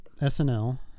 SNL